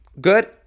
good